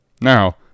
Now